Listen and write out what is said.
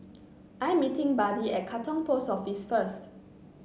I'm meeting Buddy at Katong Post Office first